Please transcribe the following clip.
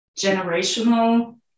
generational